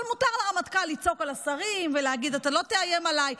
אבל מותר לרמטכ"ל לצעוק על השרים ולהגיד: אתה לא תאיים עליי,